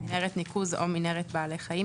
מנהרת ניקוז או מנהרת בעלי חיים,